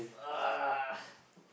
!wah!